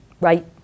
right